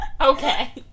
Okay